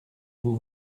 vous